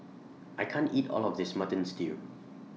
I can't eat All of This Mutton Stew